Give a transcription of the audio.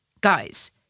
guys